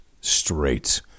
straight